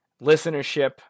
listenership